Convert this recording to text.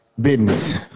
business